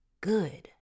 good